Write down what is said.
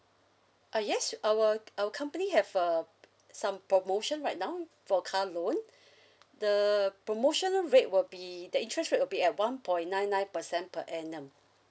uh yes our our company have uh p~ some promotion right now for car loan the promotional rate will the interest rate would be at one point nine nine percent per annum